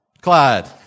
Clyde